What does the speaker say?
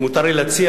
אם מותר לי להציע